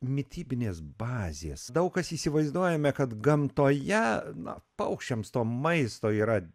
mitybinės bazės daug kas įsivaizduojame kad gamtoje na paukščiams to maisto yra